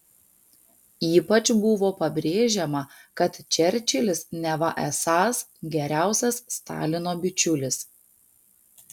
ypač buvo pabrėžiama kad čerčilis neva esąs geriausias stalino bičiulis